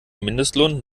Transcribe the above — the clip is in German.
mindestlohn